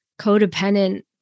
codependent